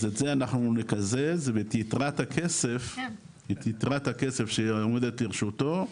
אז את זה אנחנו נקזז ואת יתרת הכסף שעומד לרשותו,